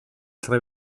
tre